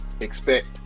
expect